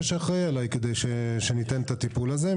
שאחראי עליי כדי שניתן את הטיפול הזה,